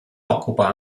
occupa